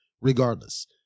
regardless